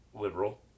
liberal